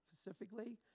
specifically